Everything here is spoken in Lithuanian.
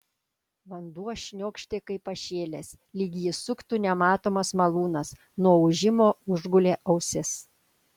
vanduo šniokštė kaip pašėlęs lyg jį suktų nematomas malūnas nuo ūžimo užgulė ausis